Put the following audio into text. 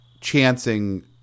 chancing